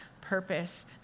purpose